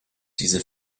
diese